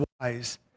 wise